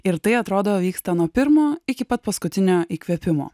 ir tai atrodo vyksta nuo pirmo iki pat paskutinio įkvėpimo